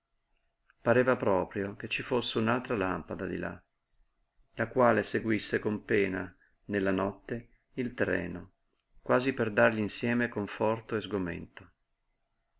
pareva proprio che ci fosse un'altra lampada di là la quale seguisse con pena nella notte il treno quasi per dargli insieme conforto e sgomento